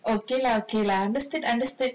okay lah okay lah understood understood